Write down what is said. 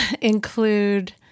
include